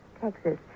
Texas